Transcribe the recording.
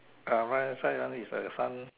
ah right hand side one is like a sun